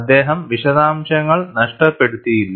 അദ്ദേഹം വിശദാംശങ്ങൾ നഷ്ടപ്പെടുത്തിയില്ല